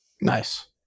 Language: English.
Nice